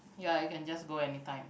ya you can just go anytime